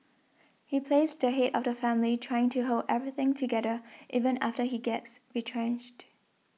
he plays the head of the family trying to hold everything together even after he gets retrenched